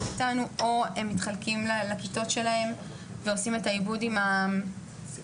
איתנו או הם מתחלקים לכיתות שלהם ועושים את העיבוד עם המורים,